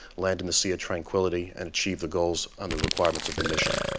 land in the sea of tranquility, and achieve the goals on the requirements of the mission.